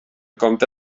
compte